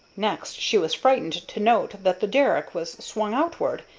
next she was frightened to note that the derrick was swung outward,